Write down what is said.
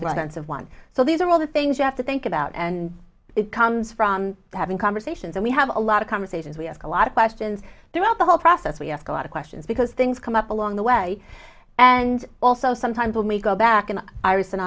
runs of one so these are all the things you have to think about and it comes from having conversations and we have a lot of conversations we ask a lot of questions throughout the whole process we ask a lot of questions because things come up along the way and also sometimes when we go back and iris